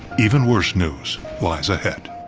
even worse news lies ahead.